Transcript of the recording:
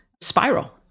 spiral